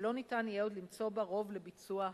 ולא ניתן יהיה עוד למצוא בה רוב לביצוע התפנית.